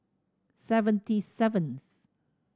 seventy seven